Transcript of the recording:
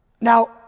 Now